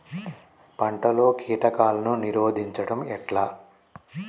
పంటలలో కీటకాలను నిరోధించడం ఎట్లా?